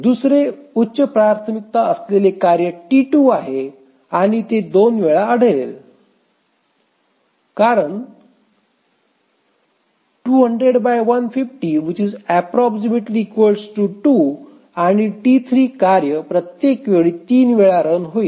दुसरे उच्च प्राथमिकता असलेले कार्य T2 आहे आणि ते २ वेळा आढळेल कारण आणि T3 कार्य प्रत्येक वेळी ३ वेळा रन होईल